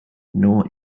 nor